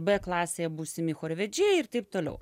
b klasėje būsimi chorvedžiai ir taip toliau